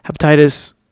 Hepatitis